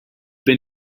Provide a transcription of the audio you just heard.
been